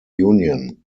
union